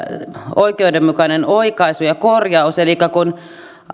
oikeudenmukainen oikaisu ja korjaus elikkä kun